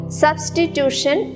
substitution